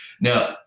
Now